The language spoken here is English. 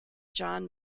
john